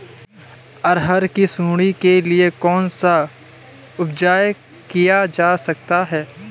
अरहर की सुंडी के लिए कौन सा उपाय किया जा सकता है?